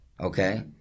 okay